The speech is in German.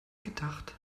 gedacht